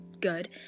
good